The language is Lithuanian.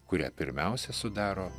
kurią pirmiausia sudaro